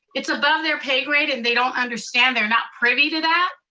it's above their pay grade, and they don't understand, they're not privy to that.